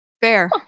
Fair